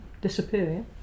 disappear